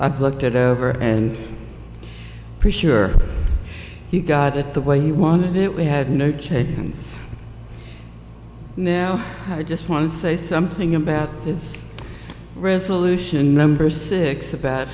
i've looked it over and pretty sure he got it the way he wanted it we had no change and now i just want to say something about it's resolution number six about